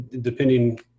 depending